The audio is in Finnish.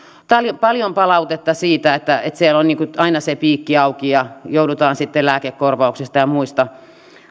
paljon palautetta siitä että siellä on aina se piikki auki ja joudutaan sitten lääkekorvauksista ja muista